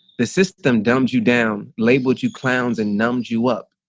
the system dumbs you down, labeled you clowns and numbs you up,